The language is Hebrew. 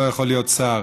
לא יכול להיות שר